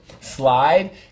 slide